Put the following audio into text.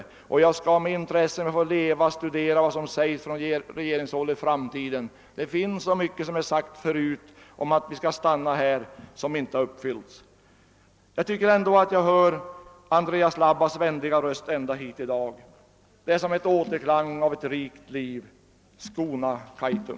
Om jag får leva skall jag med intresse studera vad som i framtiden kommer att sägas från regeringshåll; det har tidigare så många gånger sagts att vi skall stanna här — löften som inte har uppfyllts. Jag tycker ändå att jag hör Andreas Labbas vänliga röst ända hit i dag — det är som en återklang av ett rikt liv: Skona Kaitum!